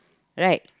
right